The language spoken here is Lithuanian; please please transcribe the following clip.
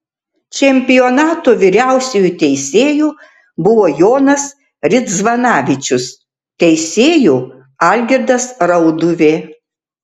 čempionato vyriausiuoju teisėju buvo jonas ridzvanavičius teisėju algirdas rauduvė